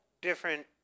different